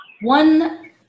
one